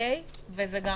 וזה גם